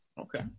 Okay